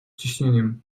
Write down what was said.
ciśnieniem